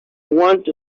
want